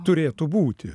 turėtų būti